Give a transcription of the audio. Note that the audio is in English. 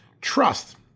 trust